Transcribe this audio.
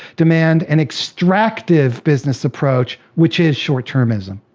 demand an extractive business approach which is short-termism?